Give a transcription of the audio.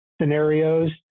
scenarios